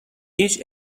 هیچ